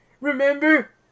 Remember